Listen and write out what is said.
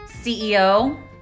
CEO